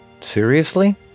Seriously